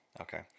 Okay